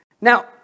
Now